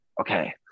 okay